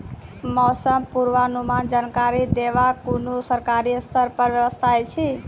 मौसम पूर्वानुमान जानकरी देवाक कुनू सरकारी स्तर पर व्यवस्था ऐछि?